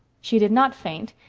she did not faint,